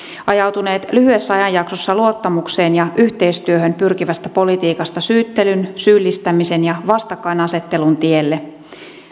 ajautuneet lyhyessä ajanjaksossa luottamukseen ja yhteistyöhön pyrkivästä politiikasta syyttelyn syyllistämisen ja vastakkainasettelun tielle